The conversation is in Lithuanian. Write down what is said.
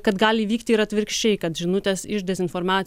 kad gali įvykti ir atvirkščiai kad žinutės iš dezinforma